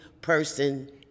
person